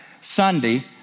Sunday